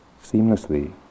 seamlessly